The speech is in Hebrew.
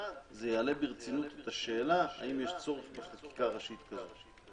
זה יעלה ברצינות את השאלה האם יש צורך בחקיקה ראשית כזו.